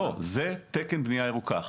לא, זה תקן בנייה ירוקה.